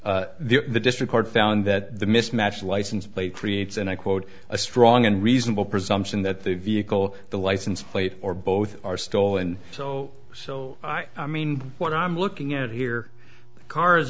the district court found that the mismatched license plate creates and i quote a strong and reasonable presumption that the vehicle the license plate or both are stolen so so i mean what i'm looking at here cars